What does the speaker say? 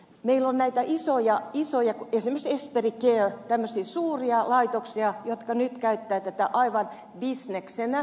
meillä on näitä isoja yrityksiä esimerkiksi esperi care jotka nyt tekevät vanhustenhoitoa aivan bisneksenä